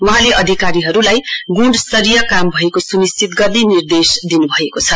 वहाँले अधिकारीहरूलाई गुणस्तरीय काम भएको सुनिश्चित गर्ने निर्देश दिनुभएको छ